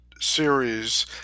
series